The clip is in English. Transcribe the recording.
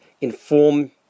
inform